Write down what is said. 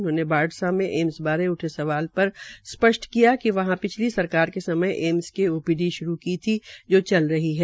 उन्होंने बाढ़सा में एम्स बारे उठे सवाल पर स्पष्ट किया वहां पिछली सरकार के समय एम्स के ओपीडी श्रू की थी जो चल रही है